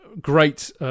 great